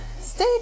stay